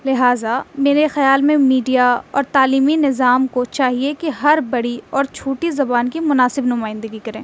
لہٰذا میرے خیال میں میڈیا اور تعلیمی نظام کو چاہیے کہ ہر بڑی اور چھوٹی زبان کی مناسب نمائندگی کریں